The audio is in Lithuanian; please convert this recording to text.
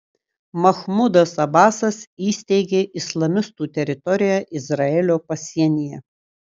mahmudas abasas įsteigė islamistų teritoriją izraelio pasienyje